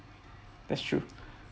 that's true